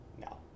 no